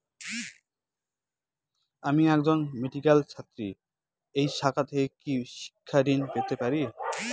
আমি একজন মেডিক্যাল ছাত্রী এই শাখা থেকে কি শিক্ষাঋণ পেতে পারি?